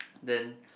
then